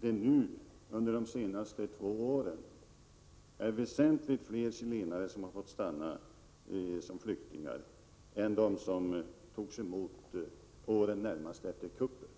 det under de senaste två åren är väsentligt fler chilenare som fått stanna såsom flyktingar än vad fallet var närmast efter kuppen.